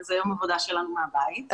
זה יום עבודה שלנו מהבית,